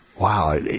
Wow